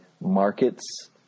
markets